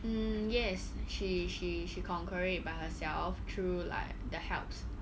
mm yes she she she conquer it by herself through like the helps